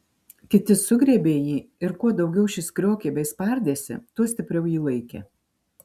kiti sugriebė jį ir kuo daugiau šis kriokė bei spardėsi tuo stipriau jį laikė